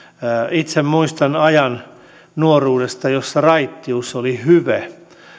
itse muistan ajan nuoruudesta jossa raittius oli hyve